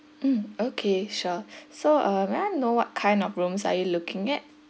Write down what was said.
mm okay sure so uh may I know what kind of rooms are you looking at